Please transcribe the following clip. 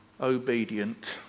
Obedient